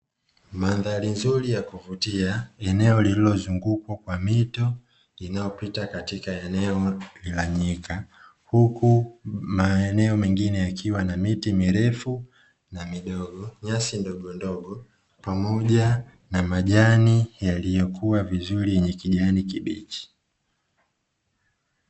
Mandhari nzuri ya kuvutia, eneo lililozungukwa kwa mito inayopita katika eneo la nyika, huku maeneo mengine yakiwa na miti mirefu na midogo, nyasi ndogondogo pamoja na majani yaliyokua vizuri yenye kijani kibichi.